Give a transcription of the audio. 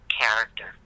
character